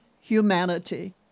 humanity